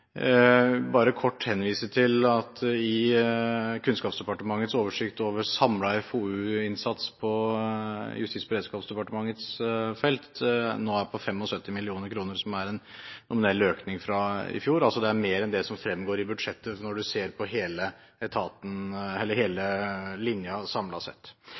bare kort henvise til at Kunnskapsdepartementets oversikt over samlet FoU-innsats på Justis- og beredskapsdepartementets felt nå viser at den er på 75 mill. kr, som er en nominell økning fra i fjor. Det er mer enn det som fremgår av budsjettet når en ser på hele linjen samlet sett.